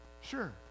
Sure